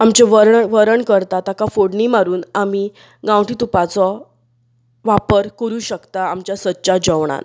आमचें वरण वरण करतां ताका फोडणीं मारून आमीं गांवठी तुपाचो वापर करूंक शकतात आमच्या सदच्या जेवणांत